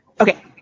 Okay